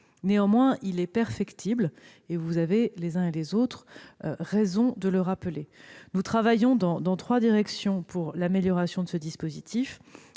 Néanmoins, il est perfectible, vous avez raison, les uns et les autres, de le rappeler. Nous travaillons dans trois directions pour l'amélioration de ce dispositif,